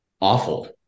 awful